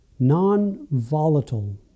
Non-volatile